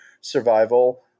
survival